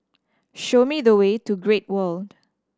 show me the way to Great World